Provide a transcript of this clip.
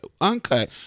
uncut